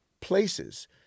places